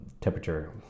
temperature